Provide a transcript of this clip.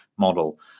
model